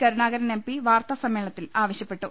Karunakaran M P വാർത്താസമ്മേള നത്തിൽ ആവശ്യപ്പെട്ടു